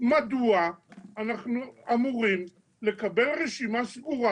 מדוע אנחנו אמורים לקבל רשימה סגורה.